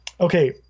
Okay